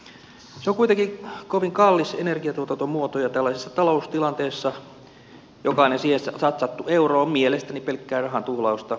se on kuitenkin kovin kallis energiantuotantomuoto ja tällaisessa taloustilanteessa jokainen siihen satsattu euro on mielestäni pelkkää rahan tuhlausta